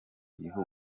gihugu